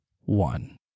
one